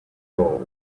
ball